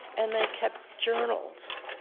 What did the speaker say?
and they kept journals.